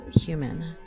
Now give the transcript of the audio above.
human